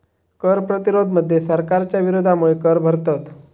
कर प्रतिरोध मध्ये सरकारच्या विरोधामुळे कर भरतत